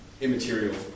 immaterial